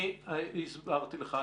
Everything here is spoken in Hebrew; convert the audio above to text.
הסברתי לך.